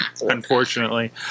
Unfortunately